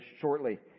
shortly